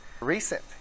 recent